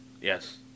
Yes